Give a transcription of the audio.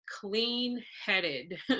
clean-headed